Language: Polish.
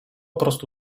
prostu